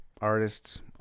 artists